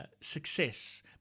success